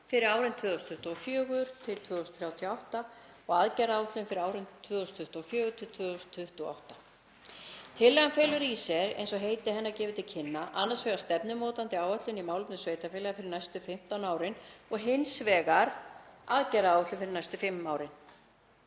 fyrir árin 2024–2038 og aðgerðaáætlun fyrir árin 2024–2028. Tillagan felur í sér, eins og heiti hennar gefur til kynna, annars vegar stefnumótandi áætlun í málefnum sveitarfélaga fyrir næstu 15 árin og hins vegar aðgerðaáætlun fyrir næstu fimm árin.